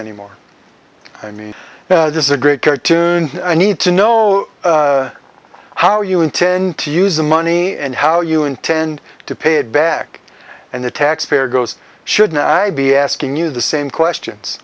anymore i mean this is a great cartoon i need to know how you intend to use the money and how you intend to pay it back and the taxpayer goes should now be asking you the same questions